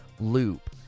loop